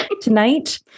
Tonight